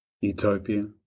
Utopia